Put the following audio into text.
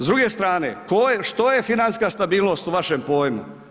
S druge strane, ko je, što je financijska stabilnost u vašem pojmu?